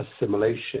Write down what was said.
assimilation